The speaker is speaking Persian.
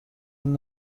این